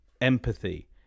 empathy